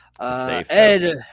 Ed